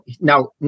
now